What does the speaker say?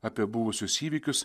apie buvusius įvykius